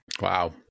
Wow